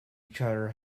charter